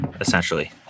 essentially